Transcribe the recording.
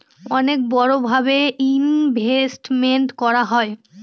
অনেক বড়ো ভাবে ইনভেস্টমেন্ট করা হয়